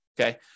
Okay